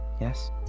Yes